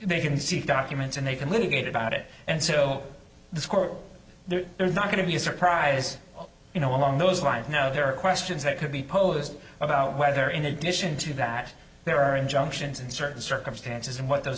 they can seek documents and they can litigate about it and so this court there's not going to be a surprise you know along those lines now there are questions that could be posed about whether in addition to that there are injunctions in certain circumstances and what those